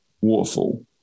waterfall